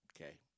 Okay